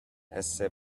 essere